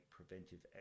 preventive